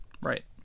Right